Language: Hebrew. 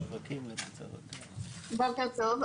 בוקר טוב,